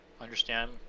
understand